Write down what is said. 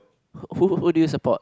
who who do you support